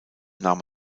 nahm